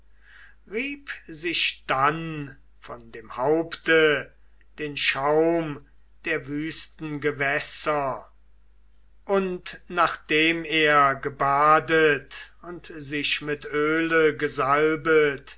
rieb sich dann von dem haupte den schaum der wüsten gewässer und nachdem er gebadet und sich mit öle